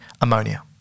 ammonia